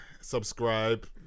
subscribe